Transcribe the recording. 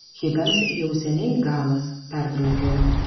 hipiams jau seniai galas pertraukiau